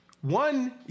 One